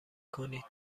کنید